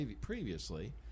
previously